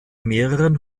mehreren